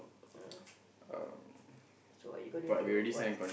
yeah so what are you gonna do what